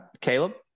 Caleb